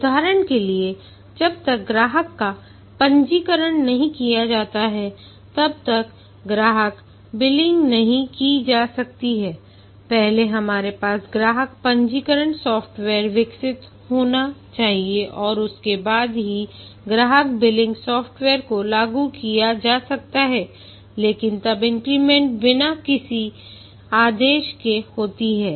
उदाहरण के लिए जब तक ग्राहक का पंजीकरण नहीं किया जाता है तब तक ग्राहक बिलिंग नहीं की जा सकती है पहले हमारे पास ग्राहक पंजीकरण सॉफ्टवेयर विकसित होना चाहिए और उसके बाद ही ग्राहक बिलिंग सॉफ्टवेयर को लागू किया जा सकता है लेकिन तब इंक्रीमेंट बिना किसी आदेश के होती है